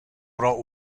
pro